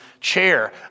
chair